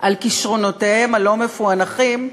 על כישרונותיהם הלא-מפוענחים,